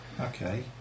Okay